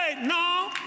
no